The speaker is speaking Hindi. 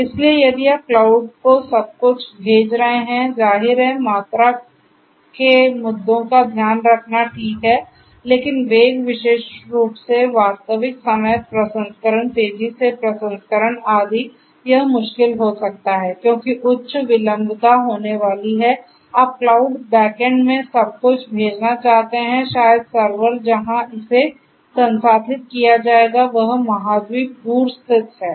इसलिए यदि आप क्लाउड को सब कुछ भेज रहे हैं जाहिर है मात्रा के मुद्दों का ध्यान रखना ठीक है लेकिन वेग विशेष रूप से वास्तविक समय प्रसंस्करण तेजी से प्रसंस्करण आदि यह मुश्किल हो सकता है क्योंकि उच्च विलंबता होने वाली है आप क्लाउड बैकेंड में सब कुछ भेजना चाहते हैं शायद सर्वर जहां इसे संसाधित किया जाएगा वह महाद्वीप दूर स्थित है